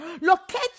locate